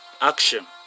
action